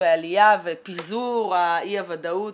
עלייה ופיזור אי הוודאות